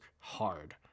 hard